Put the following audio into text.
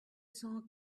cent